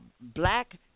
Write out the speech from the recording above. black